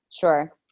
Sure